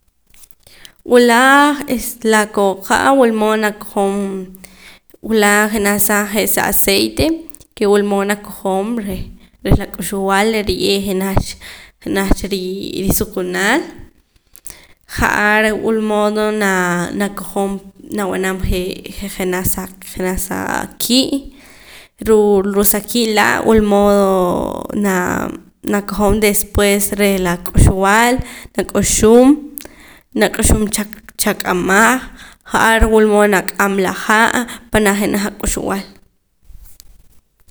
Wula es la kooka wulmood nakojom wula jenaj sa je' sa aciete ke wulmood nakojom reh reh la k'uxb'al reh riye' jenaj cha jenaj cha ri riisuqunaal ja'ar wulmood naa nakojom nab'anam jee je' jenaj sa jenaj sa ki' ruu' la sa ki' laa wul moodo naa nakojom después reh la k'uxb'al nak'uxum nak'uxum cha chaq'amaj ja'ar wulmood nak'am la ha' panaa' jenaj ak'uxb'al